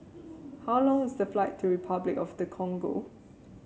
how long is the flight to Repuclic of the Congo